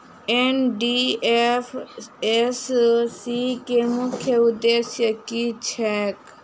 NDFSC केँ मुख्य उद्देश्य की छैक?